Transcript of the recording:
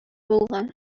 булган